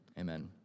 amen